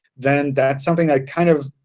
then that's something that kind of